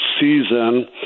season